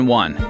one